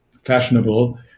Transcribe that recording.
fashionable